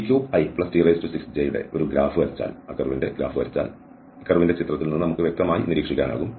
ഈ t3it6j ന്റെ ഒരു ഗ്രാഫ് വരച്ചാൽ ഈ കർവ്ന്റെ ചിത്രത്തിൽ നിന്ന് നമുക്ക് വ്യക്തമായി നിരീക്ഷിക്കാനാകും